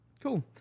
cool